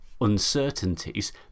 uncertainties